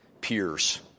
peers